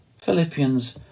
Philippians